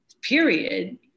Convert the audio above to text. period